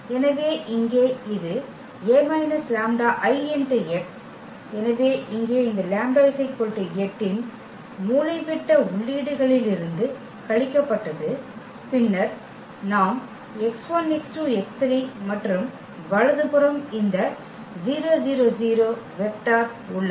எனவே இங்கே இது A λI x எனவே இங்கே இந்த λ 8 இன் மூலைவிட்ட உள்ளீடுகளிலிருந்து கழிக்கப்பட்டது மற்றும் பின்னர் நாம் மற்றும் வலது புறம் இந்த வெக்டர் உள்ளது